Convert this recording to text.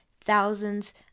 thousands